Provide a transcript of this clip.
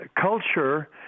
culture